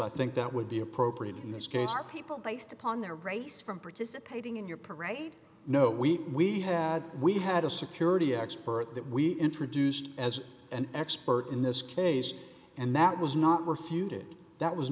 i think that would be appropriate in this case our people based upon their race from participating in your parade know we we had we had a security expert that we introduced as an expert in this case and that was not